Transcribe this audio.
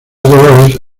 dolores